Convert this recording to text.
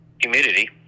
Humidity